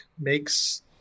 makes